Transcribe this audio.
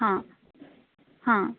ಹಾಂ ಹಾಂ